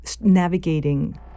navigating